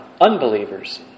unbelievers